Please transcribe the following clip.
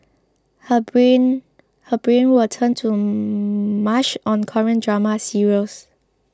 her brain her brain would turn to mush on Korean drama serials